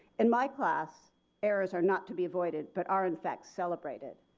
in my class errors are not to be avoided but are, in fact, celebrated,